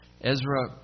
Ezra